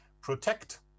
protect